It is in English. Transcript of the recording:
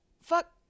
Fuck